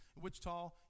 Wichita